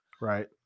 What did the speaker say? Right